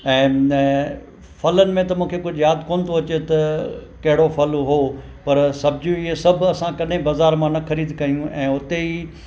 ऐं न फलनि में त मूंखे कुझु यादि कोन थो अचे त कहिड़ो फल हुओ पर सब्जियूं इहे सभु असां कॾहिं बज़ारि मां न ख़रीद कयूं ऐं उते ई